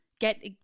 get